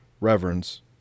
reverence